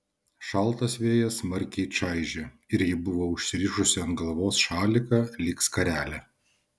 šaltas vėjas smarkiai čaižė ir ji buvo užsirišusi ant galvos šaliką lyg skarelę